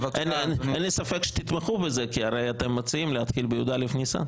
אין לי ספק שתתמכו בזה כי הרי אתם מציעים להתחיל ב-י"א ניסן.